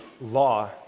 law